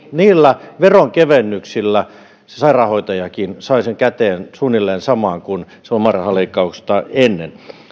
mutta niillä veronkevennyksillä se sairaanhoitajakin sai käteen suunnilleen saman kuin lomarahaleikkausta ennen